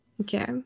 okay